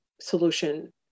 solution